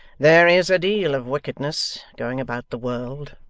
there is a deal of wickedness going about the world,